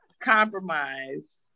Compromise